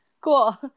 cool